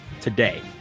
today